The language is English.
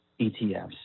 ETFs